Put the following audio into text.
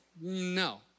no